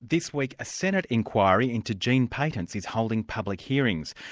this week, a senate inquiry into gene patents is holding public hearings.